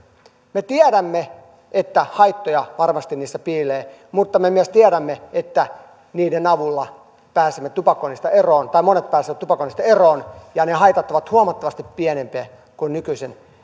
me tiedämme että haittoja sähkötupakassa varmasti piilee mutta me myös tiedämme että sen avulla pääsemme tupakoinnista eroon tai monet pääsevät tupakoinnista eroon ja ne haitat ovat huomattavasti pienempiä kuin nykyisen